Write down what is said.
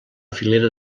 filera